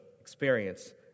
experience